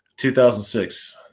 2006